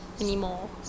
Anymore